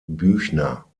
büchner